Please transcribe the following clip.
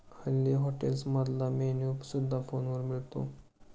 हल्ली हॉटेल्समधला मेन्यू सुद्धा फोनवर मिळतो